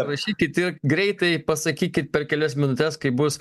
rašykit ir greitai pasakykit per kelias minutes kai bus